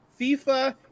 FIFA